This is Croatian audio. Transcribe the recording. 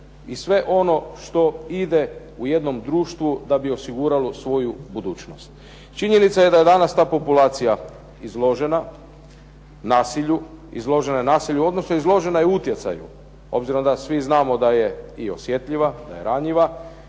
i sve ono što ide u jednom društvu da bi osiguralo svoju budućnost. Činjenica je da danas ta populacija izložena nasilju, odnosno izložena je utjecaju, obzirom da svi znamo da je osjetljiva i da je ranjiva,